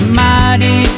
mighty